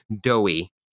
doughy